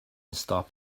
stop